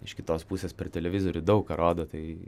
iš kitos pusės per televizorių daug ką rodo tai